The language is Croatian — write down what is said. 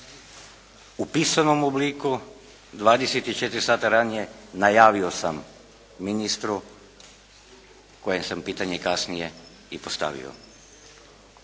u pisanom obliku 24 sata ranije najavio sam ministru kojem sam pitanje kasnije i postavio.